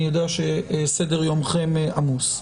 אני יודע שסדר יומכם עמוס.